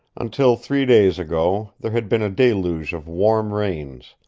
until three days ago there had been a deluge of warm rains,